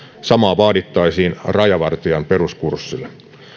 samaa vaadittaisiin rajavartijan peruskurssille